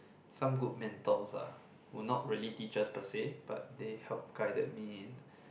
some good mentors ah who not really teach us per say but they helped guided me in